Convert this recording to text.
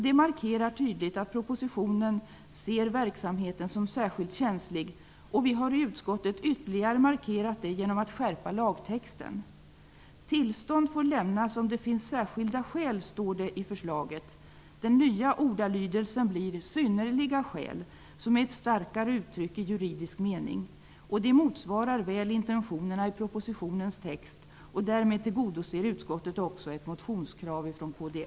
Det markerar tydligt att propositionen behandlar verksamheten som särskilt känslig, och vi har i utskottet ytterligare markerat det genom att skärpa lagtexten. Tillstånd får lämnas om det finns särskilda skäl, står det i propositionens förslag. Den nya ordalydelsen blir "synnerliga skäl", som är ett starkare uttryck i juridisk mening. Det motsvarar mycket väl intentionerna i propositionens text. Därmed tillgodoser utskottet också ett motionskrav från kds.